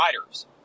riders